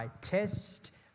test